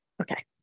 Okay